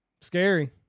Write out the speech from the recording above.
Scary